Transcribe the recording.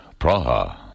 Praha